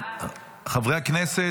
(קריאה שנייה וקריאה שלישית) חברי הכנסת,